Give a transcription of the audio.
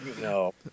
No